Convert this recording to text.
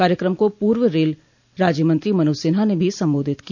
कार्यक्रम को पूर्व रेल राज्यमंत्री मनोज सिन्हा ने भी संबोधित किया